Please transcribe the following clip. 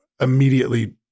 immediately